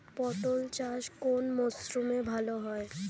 পটল চাষ কোন মরশুমে ভাল হয়?